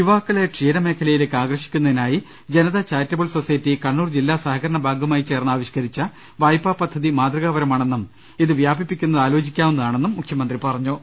യുവാക്കളെ ക്ഷീരമേഖലയിലേക്ക് ആകർഷി ക്കുന്നതിനായി ജനത ചാരിറ്റബിൾ സൊസൈറ്റി കണ്ണൂർ ജില്ലാ സഹകരണ ബാങ്കുമായി ചേർന്ന് ആവിഷ്ക്കരിച്ച വായ്പാ പദ്ധതി മാതൃകാപരമാ ണെന്നും ഇത് വ്യാപിപ്പിക്കുന്നത് ആലോചിക്കാവു ന്നതാണെന്നും മുഖ്യമന്ത്രി പറഞ്ഞു